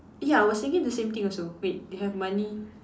ya I was thinking the same thing also wait they have money